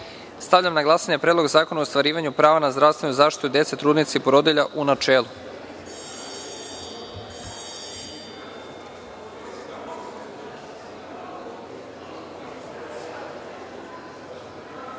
reda. Stavljam na glasanje Predlog zakona o ostvarivanju prava na zdravstvenu zaštitu dece, trudnica i porodilja, u načelu. Molim